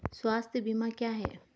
स्वास्थ्य बीमा क्या है?